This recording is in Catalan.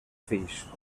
fills